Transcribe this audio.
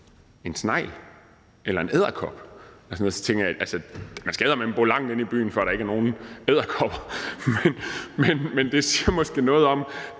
jeg, at man eddermame skal bo langt inde i byen, for at der ikke er nogen edderkopper. Men det siger måske noget om,